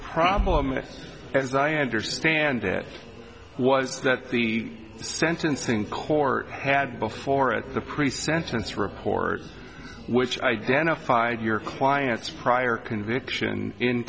problem with as i understand it was that the sentencing court had before it the pre sentence report which identified your client's prior conviction in